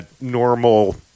normal